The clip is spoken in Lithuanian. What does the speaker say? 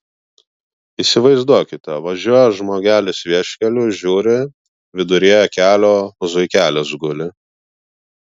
įsivaizduokite važiuoja žmogelis vieškeliu žiūri viduryje kelio zuikelis guli